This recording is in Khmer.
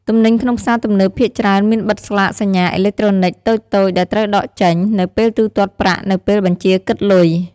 ទំនិញក្នុងផ្សារទំនើបភាគច្រើនមានបិទស្លាកសញ្ញាអេឡិចត្រូនិកតូចៗដែលត្រូវដកចេញ នៅពេលទូទាត់ប្រាក់នៅពេលបញ្ជាគិតលុយ។